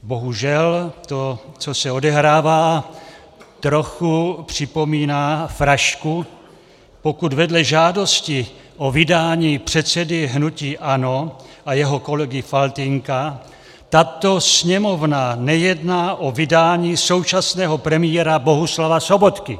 Bohužel to, co se odehrává, trochu připomíná frašku, pokud vedle žádosti o vydání předsedy hnutí ANO a jeho kolegy Faltýnka tato Sněmovna nejedná o vydání současného premiéra Bohuslava Sobotky.